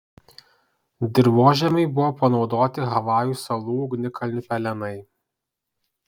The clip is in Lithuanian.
dirvožemiui buvo panaudoti havajų salų ugnikalnių pelenai